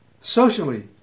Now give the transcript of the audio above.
socially